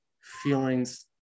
feelings